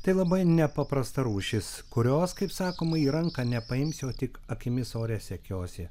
tai labai nepaprasta rūšis kurios kaip sakoma į ranką nepaimsi o tik akimis ore sekiosi